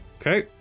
Okay